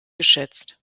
geschätzt